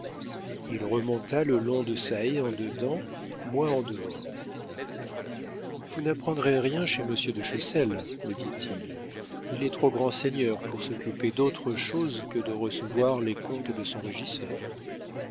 il remonta le long de sa haie en dedans moi en dehors vous n'apprendriez rien chez monsieur de chessel me dit-il il est trop grand seigneur pour s'occuper d'autre chose que de recevoir les comptes de son régisseur